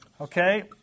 Okay